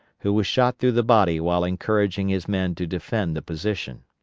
who was shot through the body while encouraging his men to defend the position.